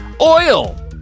Oil